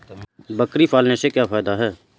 बकरी पालने से क्या फायदा है?